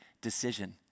decision